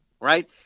right